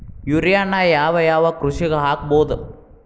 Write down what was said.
ಯೂರಿಯಾನ ಯಾವ್ ಯಾವ್ ಕೃಷಿಗ ಹಾಕ್ಬೋದ?